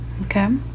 Okay